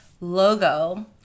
logo